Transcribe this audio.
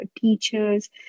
teachers